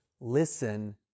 Listen